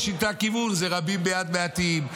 היא שינתה כיוון: זה רבים ביד מעטים.